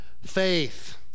faith